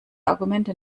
argumente